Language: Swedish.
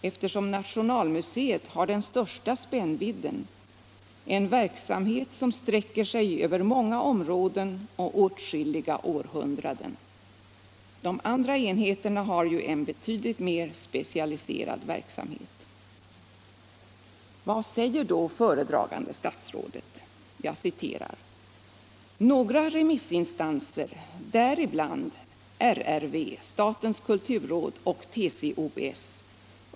eftersom nationalmuseet har den största spännvidden, en verksamhet som sträcker sig över många områden och åtskilliga århundraden. De andra enheterna har ju en betydligt mer specialiserad verksamhet. Vad säger då föredragande statsrådet”? Jag citerar: ”Några remissinstanser, däribland RRV, statens kulturråd och TCO-S.